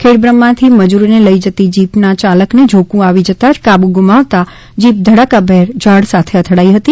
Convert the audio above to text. ખેડબ્રહ્માથી મજૂરોને લઇને જતી જીપના ચાલકને ઝોકુ આવી જતા કાબૂ ગુમાવતા જીપ ધડાકાભેર ઝાડ સાથે અથડાઇ હતી